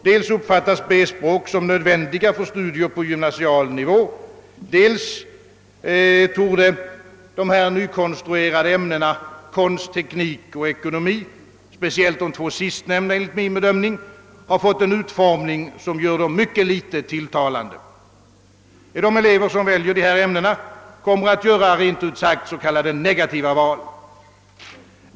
Dels uppfattas B språken som nödvändiga för studier på gymnasial nivå, dels torde de nykonstruerade ämnena konst, teknik och ekonomi — enligt min bedömning speciellt de två sistnämnda — ha fått en utformning som gör dem mycket litet tilltalande. De elever som väljer dessa ämnen kommer rent ut sagt att göra s.k. negativa val.